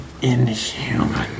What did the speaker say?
Inhuman